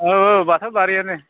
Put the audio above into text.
औ औ बाताबारियावनो